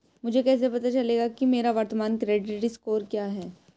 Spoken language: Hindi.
मुझे कैसे पता चलेगा कि मेरा वर्तमान क्रेडिट स्कोर क्या है?